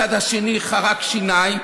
והצד השני חרק שיניים.